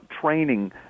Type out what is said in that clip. training